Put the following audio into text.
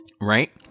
Right